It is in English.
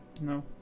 No